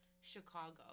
Chicago